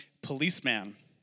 policeman